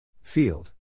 Field